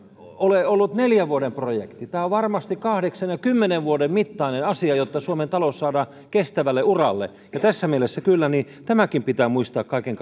ole ollut neljän vuoden projekti tämä on varmasti kahdeksan ja kymmenen vuoden mittainen asia jotta suomen talous saadaan kestävälle uralle tässä mielessä kyllä tämäkin pitää muistaa kaiken